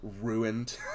ruined